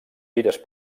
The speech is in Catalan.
gires